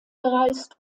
gereist